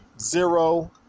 zero